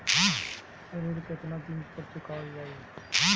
ऋण केतना दिन पर चुकवाल जाइ?